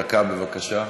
דקה, בבקשה.